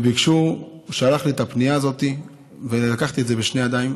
הוא שלח לי את הפנייה הזאת ולקחתי את זה בשתי ידיים.